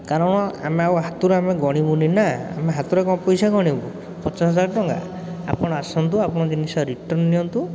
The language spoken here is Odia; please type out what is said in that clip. କାରଣ ଆମେ ଆଉ ହାତରୁ ଆମେ ଆଉ ଗଣିବୁନିନା ଆମେ ହାତରେ କ'ଣ ପଇସା ଗଣିବୁ ପଚାଶହଜାର ଟଙ୍କା ଆପଣ ଆସନ୍ତୁ ଆପଣଙ୍କ ଜିନିଷ ରିଟର୍ନ ନିଅନ୍ତୁ